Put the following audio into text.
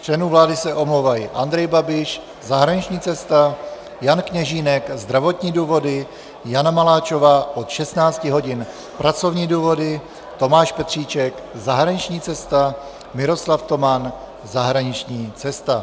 Z členů vlády se omlouvají Andrej Babiš zahraniční cesta, Jan Kněžínek zdravotní důvody, Jana Maláčová od 16 hodin pracovní důvody, Tomáš Petříček zahraniční cesta, Miroslav Toman zahraniční cesta.